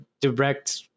direct